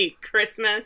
Christmas